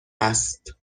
هست